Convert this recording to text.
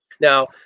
Now